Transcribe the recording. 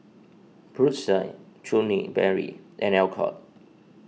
Brotzeit Chutney Mary and Alcott